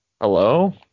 Hello